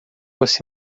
você